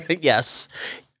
Yes